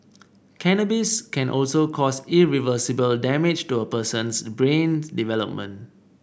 cannabis can also cause irreversible damage to a person's brain development